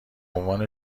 عنوان